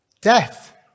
Death